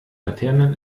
laternen